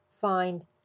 find